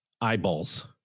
eyeballs